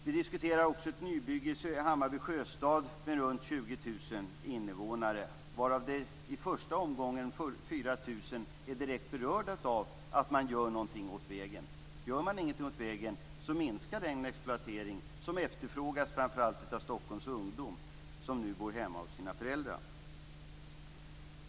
Vi diskuterar också ett nybygge - Hammarby sjöstad - med omkring 20 000 invånare, varav 4 000 i första omgången är direkt berörda av att man gör någonting åt vägen. Om man inte gör något åt vägen minskar den exploatering som efterfrågas framför allt av Stockholms ungdomar som nu bor hemma hos sina föräldrar.